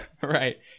Right